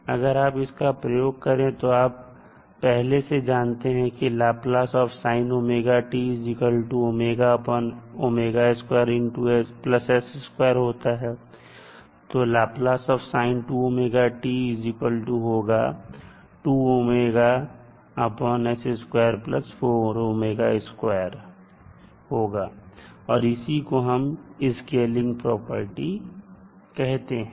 अगर आप इस का प्रयोग करें तो आप पहले से जानते हैं कि होता है तो होगा और इसी को हम इसकेलिंग प्रॉपर्टी कहते हैं